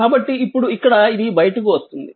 కాబట్టి ఇప్పుడు ఇక్కడ ఇది బయటకు వస్తుంది